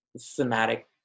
thematic